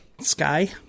Sky